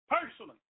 personally